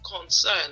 concern